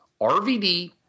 RVD